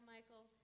Michael